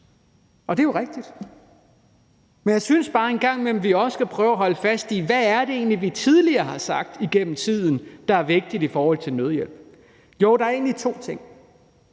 og det er jo rigtigt. Men jeg synes bare, at vi en gang imellem også skal prøve at holde fast i, hvad det egentlig er, vi tidligere har sagt er vigtigt i forhold til nødhjælp. Der er egentlig to ting,